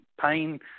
pain